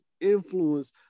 influence